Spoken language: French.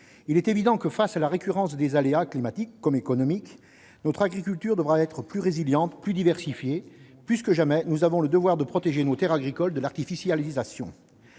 Il est évident que, face à la récurrence des aléas, climatiques comme économiques, notre agriculture devra être plus résiliente, plus diversifiée. Nous avons plus que jamais le devoir de protéger nos terres agricoles de l'artificialisation.